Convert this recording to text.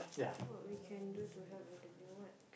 what we can do to help elderly what